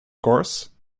course